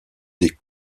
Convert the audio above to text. des